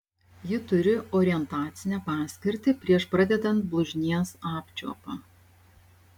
ji turi orientacinę paskirtį prieš pradedant blužnies apčiuopą